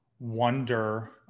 wonder